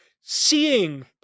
seeing